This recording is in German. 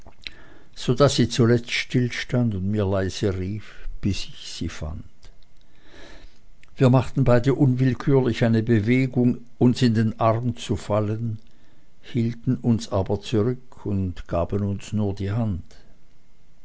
so daß sie zuletzt stillstand und mir leise rief bis ich sie fand wir machten beide unwillkürlich eine bewegung uns in den arm zu fallen hielten uns aber zurück und gaben uns nur die hand